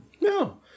No